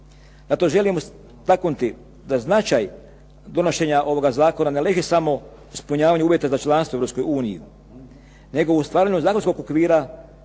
Zato želim istaknuti da značaj donošenja ovoga zakona ne leži samo u ispunjavanje uvjeta za članstvo u Europskoj uniji, nego u stvaranju zakonskog okvira